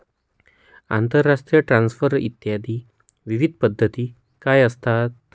आंतरराष्ट्रीय ट्रान्सफर इत्यादी विविध पद्धती काय असतात?